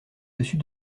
dessus